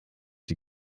die